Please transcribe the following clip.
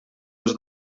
els